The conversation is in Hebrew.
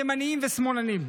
ימניים ושמאלנים.